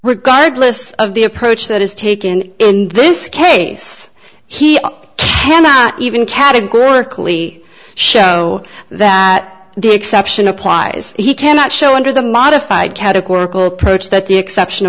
regardless of the approach that is taken in this case he cannot even categorically show that the exception applies he cannot show under the modified categorical approach that the exception